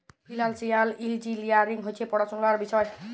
financial engineering হছে পড়াশুলার বিষয়